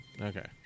Okay